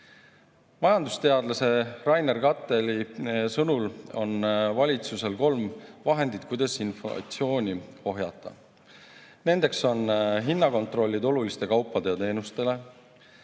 Majandusteadlase Rainer Katteli sõnul on valitsusel kolm vahendit, kuidas inflatsiooni ohjata. Nendeks on hinnakontroll oluliste kaupade ja teenuste